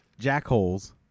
jackholes